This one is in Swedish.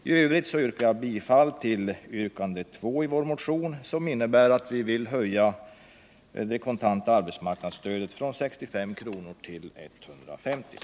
I övrigt yrkar jag bifall till yrkandet 2 i vår motion, som innebär att vi vill höja det kontanta arbetsmarknadsstödet från 65 kr. till 150 kr.